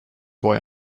boy